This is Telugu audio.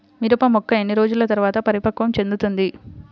మిరప మొక్క ఎన్ని రోజుల తర్వాత పరిపక్వం చెందుతుంది?